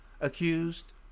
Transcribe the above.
Accused